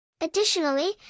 Additionally